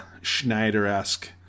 Schneider-esque